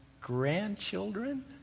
grandchildren